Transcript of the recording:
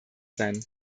sein